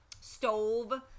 stove